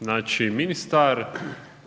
znači ministar